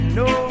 no